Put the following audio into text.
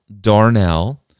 Darnell